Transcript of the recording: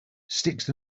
sticks